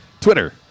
Twitter